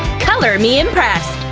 color me impressed!